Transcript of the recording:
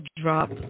drop